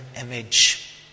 image